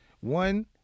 One